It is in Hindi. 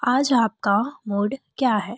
आज आपका मूड क्या है